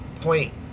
point